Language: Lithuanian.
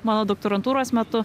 mano doktorantūros metu